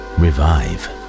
revive